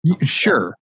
Sure